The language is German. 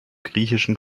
griechischen